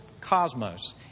cosmos